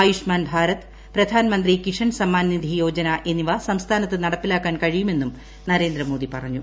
ആയുഷ്മാൻ ഭാരത് പ്രധാൻമന്ത്രി കിഷൻ സ്ട്മ്മാൻ നിധി യോജന എന്നിവ സംസ്ഥാനത്ത് നടപ്പിലാക്കാൻ കൃഷ്ണിയുട്മന്നും നരേന്ദ്രമോദി പറഞ്ഞു